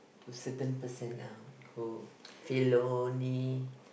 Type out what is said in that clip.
to certain percent lah who fellow only